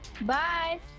Bye